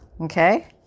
okay